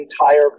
entire